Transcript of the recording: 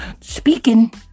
speaking